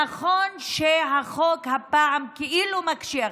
נכון שהחוק הפעם כאילו מקשיח,